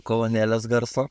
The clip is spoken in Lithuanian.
kolonėlės garsą